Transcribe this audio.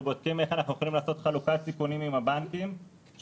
אנחנו בודקים איך אנחנו יכולים לעשות חלוקת סיכונים עם הבנקים שאנחנו,